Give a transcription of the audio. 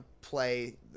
play